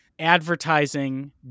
advertising